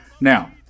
Now